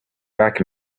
back